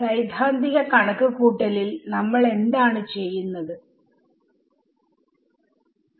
സൈധ്ദാന്തിക കണക്ക്കൂട്ടലിൽ നമ്മൾ എന്താണ് ചെയ്തത്